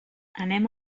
anem